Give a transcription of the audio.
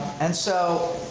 and so,